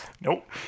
Nope